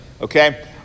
Okay